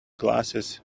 glasses